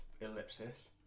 ellipsis